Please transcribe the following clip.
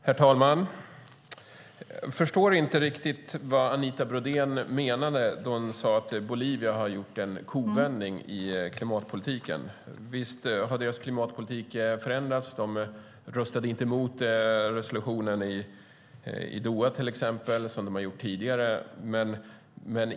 Herr talman! Jag förstod inte riktigt vad Anita Brodén menade när hon sade att Bolivia har gjort en kovändning i klimatpolitiken. Visst har deras klimatpolitik förändrats. De röstade exempelvis inte emot resolutionen i Doha, vilket de gjort tidigare.